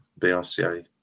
BRCA